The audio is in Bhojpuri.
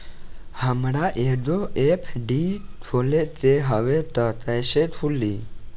हमरा एगो एफ.डी खोले के हवे त कैसे खुली?